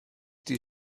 die